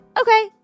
okay